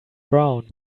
brown